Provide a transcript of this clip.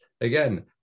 Again